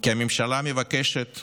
כי הממשלה מבקשת